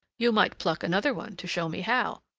you might pluck another one to show me how!